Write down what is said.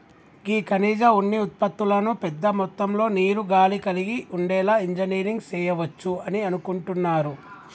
గీ ఖనిజ ఉన్ని ఉత్పతులను పెద్ద మొత్తంలో నీరు, గాలి కలిగి ఉండేలా ఇంజనీరింగ్ సెయవచ్చు అని అనుకుంటున్నారు